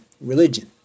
religion